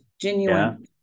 genuine